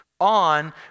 on